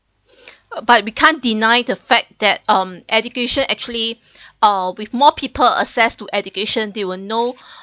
but we can't deny the fact that um education actually uh with more people access to education they will know